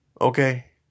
okay